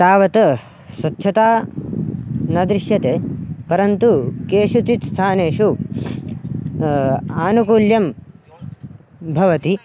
तावत् स्वच्छता न दृश्यते परन्तु केषुचित् स्थानेषु आनुकूल्यं भवति